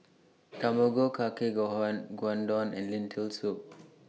Tamago Kake Gohan Gyudon and Lentil Soup